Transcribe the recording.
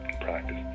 practice